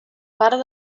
part